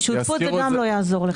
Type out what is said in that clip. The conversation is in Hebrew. שותפות זה גם לא יעזור לך.